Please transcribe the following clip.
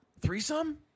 Threesome